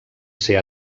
ser